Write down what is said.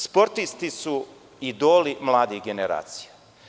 Sportisti su idoli mladih generacija.